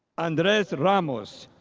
andres ramos,